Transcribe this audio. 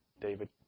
David